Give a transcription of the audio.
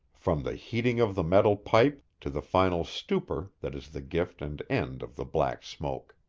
from the heating of the metal pipe to the final stupor that is the gift and end of the black smoke.